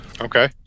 okay